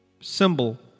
symbol